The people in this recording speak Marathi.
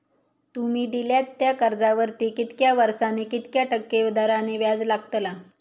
तुमि दिल्यात त्या कर्जावरती कितक्या वर्सानी कितक्या टक्के दराने व्याज लागतला?